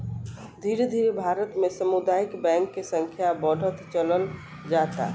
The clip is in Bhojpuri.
धीरे धीरे भारत में सामुदायिक बैंक के संख्या बढ़त चलल जाता